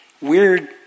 Weird